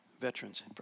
veterans